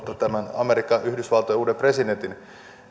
amerikan yhdysvaltojen uuden presidentin